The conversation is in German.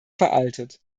veraltet